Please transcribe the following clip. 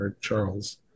Charles